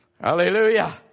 Hallelujah